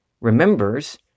remembers